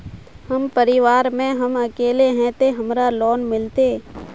हम परिवार में हम अकेले है ते हमरा लोन मिलते?